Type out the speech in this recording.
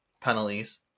penalties